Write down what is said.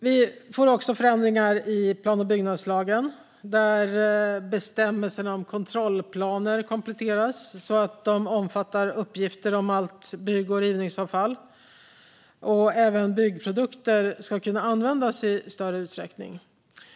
Vi får också förändringar i plan och bygglagen, där bestämmelserna om kontrollplaner kompletteras så att de omfattar uppgifter om allt bygg och rivningsavfall. Även byggprodukter ska kunna användas i större utsträckning.